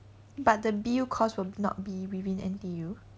but the B_U course would not be within N_T_U